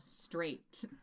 straight